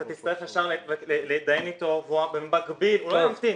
אתה תצטרך ישר להתדיין אתו ובמקביל הוא לא ימתין.